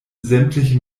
sämtliche